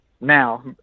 now